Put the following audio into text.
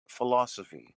philosophy